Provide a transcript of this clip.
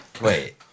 Wait